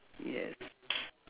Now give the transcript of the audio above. yes